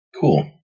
Cool